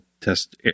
test